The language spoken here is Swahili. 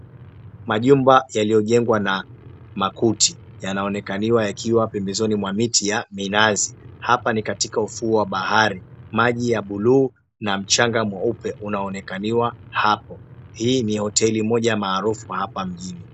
Majumba yaliyojengwa na makuti yanayoonekaniwa yakiwa pembezoni mwa miti ya minazi. Hapa ni katika katika ufuo wa bahari, maji ya bluu na mchanga mweupe unaonekaniwa hapo. Hii ni hoteli moja maarufu hapa mjini.